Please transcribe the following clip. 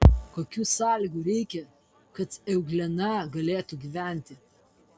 kokių sąlygų reikia kad euglena galėtų gyventi